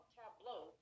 tableau